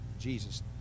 Jesus